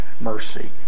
mercy